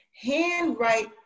handwrite